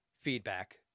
feedback